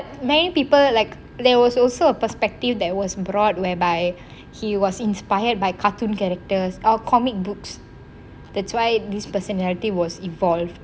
many people like there was also a perspective that was broad whereby he was inspired by cartoon characters or comic books that's why this personality was evolved